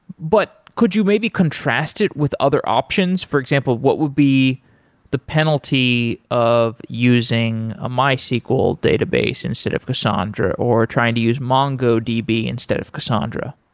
but could you maybe contrast it with other options? for example, what would be the penalty of using a mysql database instead of cassandra, or trying to use mongodb instead of cassandra?